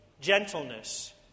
gentleness